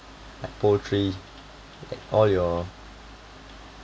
like poultry like all your